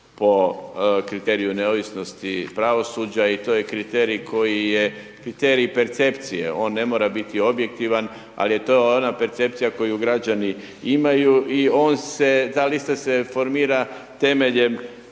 po kriteriju neovisnosti pravosuđa i to je kriterij koji je kriterij percepcije, on ne mora biti objektivan, ali to je ona percepcija koju građani imaju i on se, da li se formira temeljem